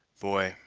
boy,